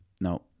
no